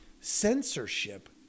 censorship